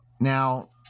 Now